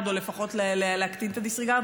או לפחות להקטין את ה-disregard,